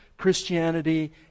Christianity